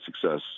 success